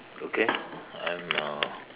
okay I'm uh